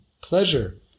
pleasure